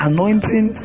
Anointing